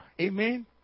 Amen